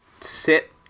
sit